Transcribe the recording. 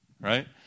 Right